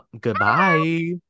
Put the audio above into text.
goodbye